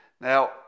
Now